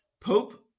Pope